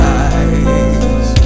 eyes